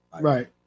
right